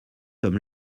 comme